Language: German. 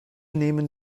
nehmen